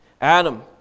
Adam